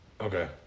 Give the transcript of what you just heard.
Okay